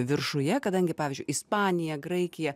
viršuje kadangi pavyzdžiui ispanija graikija